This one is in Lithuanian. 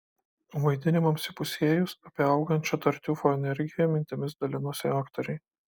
vaidinimams įpusėjus apie augančią tartiufo energiją mintimis dalijosi aktoriai